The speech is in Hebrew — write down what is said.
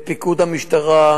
לפיקוד המשטרה,